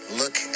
look